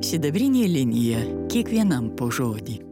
sidabrinė linija kiekvienam po žodį